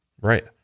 right